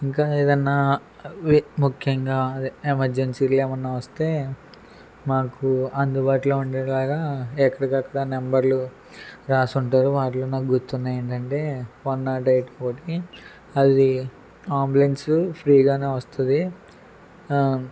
ఇంకా ఏదన్నా ముఖ్యంగా అదే ఎమర్జెన్సీలు ఏమన్నా వస్తే మాకు అందుబాటులో ఉండేలాగా ఎక్కడికక్కడ నెంబర్లు రాసుంటారు వాటిలో నాకు గుర్తున్నయి ఏంటంటే వన్ నాట్ ఎయిట్ ఒకటి అది ఆంబులెన్స్ ఫ్రీగానే వస్తుంది